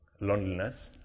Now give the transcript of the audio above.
loneliness